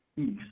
East